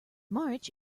march